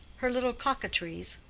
her little coquetries,